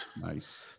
Nice